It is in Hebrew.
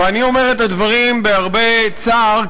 אני אומר את הדברים בהרבה צער,